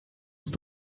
ist